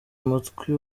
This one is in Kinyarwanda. amatwi